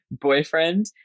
boyfriend